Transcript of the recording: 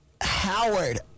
Howard